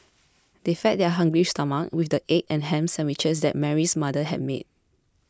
they fed their hungry stomachs with the egg and ham sandwiches that Mary's mother had made